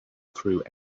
through